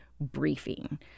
briefing